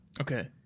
Okay